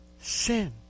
sin